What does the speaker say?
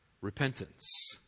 Repentance